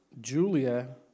Julia